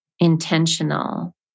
intentional